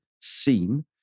seen